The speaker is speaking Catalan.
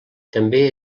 també